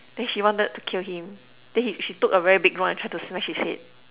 then she wanted to kill him then he she took a very big one and try to smash his head